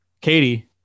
Katie